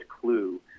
clue